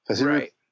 Right